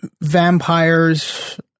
vampires